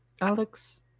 Alex